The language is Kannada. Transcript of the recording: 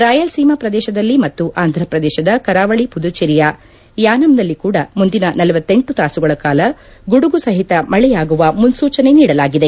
ರಾಯಲ್ಸೀಮಾ ಪ್ರದೇಶದಲ್ಲಿ ಮತ್ತು ಆಂಧ್ರಪ್ರದೇಶದ ಕರಾವಳಿ ಪುದುಚೆರಿಯ ಯಾನಮ್ನಲ್ಲಿ ಕೂಡ ಮುಂದಿನ ಳಲ ತಾಸುಗಳ ಕಾಲ ಗುಡುಗು ಸಹಿತ ಮಳೆಯಾಗುವ ಮುನ್ನೂಚನೆ ನೀಡಲಾಗಿದೆ